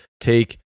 take